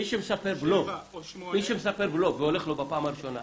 מי שמספר בלוף והולך לו בפעם הראשונה,